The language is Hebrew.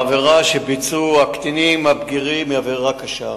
העבירה שביצעו הקטינים, הבגירים, היא עבירה קשה,